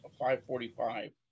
545